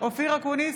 אופיר אקוניס,